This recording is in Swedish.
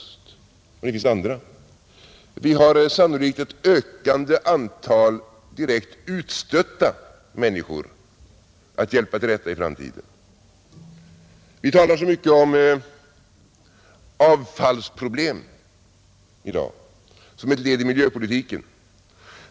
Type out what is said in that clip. Det finns andra, Vi har sannolikt ett ökande antal direkt utstötta människor att hjälpa till rätta i framtiden. Vi talar så mycket om avfallsproblem i dag som ett led i miljöpolitiken.